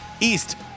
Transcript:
East